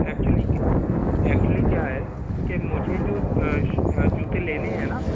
actually क्य actually क्या है के मुझे जो जूते लेने हैं ना